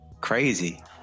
Crazy